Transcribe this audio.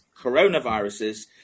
coronaviruses